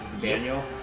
Daniel